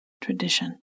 tradition